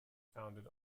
founded